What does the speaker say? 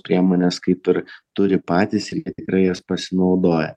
priemones kaip ir turi patys ir tikrai jas pasinaudoję